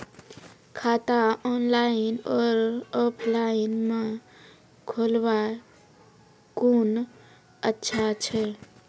खाता ऑनलाइन और ऑफलाइन म खोलवाय कुन अच्छा छै?